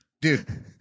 dude